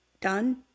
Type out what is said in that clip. done